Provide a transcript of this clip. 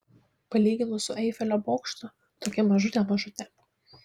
palyginus su eifelio bokštu tokia mažutė mažutė